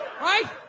Right